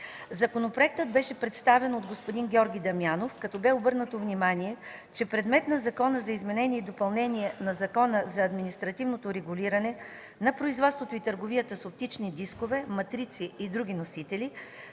Законопроектът беше представен от господин Георги Дамянов, като бе обърнато внимание, че предмет на Закона за изменение и допълнение на Закона за административното регулиране на производството и търговията с оптични дискове, матрици и други носители,